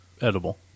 edible